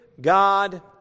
God